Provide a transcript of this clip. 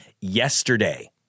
yesterday